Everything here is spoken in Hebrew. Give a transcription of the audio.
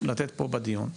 לתת פה בדיון,